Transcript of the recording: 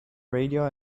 radio